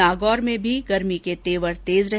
नागौरे में भी गर्मी के तेवर तेज रहे